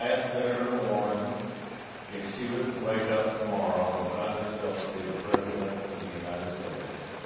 ah senator warren if she was to wake up tomorrow and find herself to be the president of the united states,